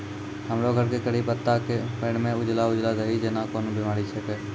हमरो घर के कढ़ी पत्ता के पेड़ म उजला उजला दही जेना कोन बिमारी छेकै?